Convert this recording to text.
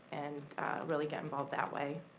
and really get involved that way.